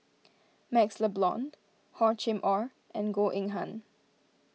MaxLe Blond Hor Chim or and Goh Eng Han